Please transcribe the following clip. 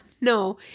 No